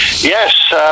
yes